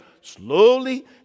slowly